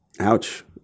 Ouch